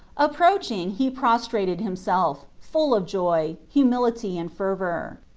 approaching, he prostrated himself, full of joy, humility, and fervour.